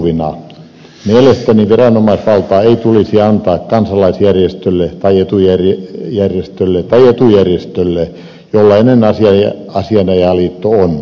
mielestäni viranomaisvaltaa ei tulisi antaa kansalaisjärjestölle tai etujärjestölle jollainen asianajajaliitto on